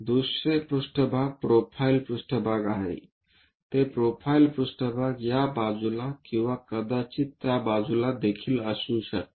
दुसरे पृष्ठभाग प्रोफाईल पृष्ठभाग आहे ते प्रोफाइल पृष्ठभाग या बाजूला किंवा कदाचित त्या बाजूला देखील असू शकते